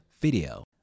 video